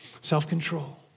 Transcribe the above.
self-control